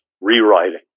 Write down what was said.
rewriting